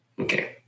okay